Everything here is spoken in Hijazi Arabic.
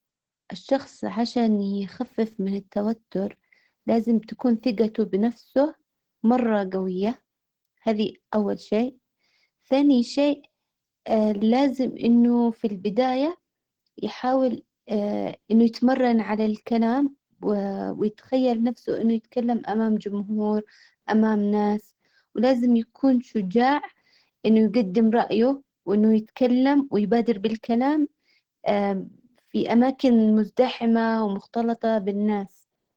الشخص عشان يخفف من التوتر. لازم تكون ثجته بنفسه مرة قوية هذي اول شي. ثاني شي اه لازم انه في البداية يحاول اه انه يتمرن على الكلام ويتخيل انه يتكلم امام جمهور امام ناس. ولازم يكون شجاع انه يجدم رأيه وإنه يتكلم ويبادر بالكلام في اماكن مزدحمة ومختلطة بالناس.